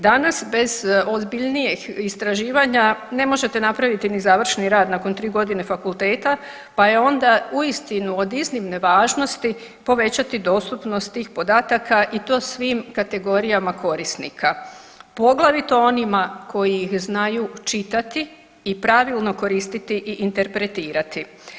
Danas bez ozbiljnijih istraživanja ne možete napraviti ni završni rad nakon tri godine fakulteta, pa je onda uistinu od iznimne važnosti povećati dostupnost tih podataka i to svim kategorijama korisnika poglavito onima koji ih znaju čitati i pravilno koristiti i interpretirati.